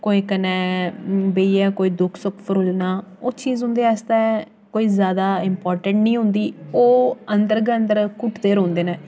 कोहे कन्नै बेहियै कोई दुक्ख सुख फरोलना ओह् चीज़ उं'दे आस्तै कोई जादा इम्पार्टेंट निं होंदी ओह् अंदर गै अंदर घुट्टदे रौह्ंदे न